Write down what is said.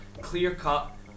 clear-cut